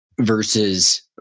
versus